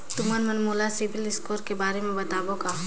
तुमन मन मोला सीबिल स्कोर के बारे म बताबो का?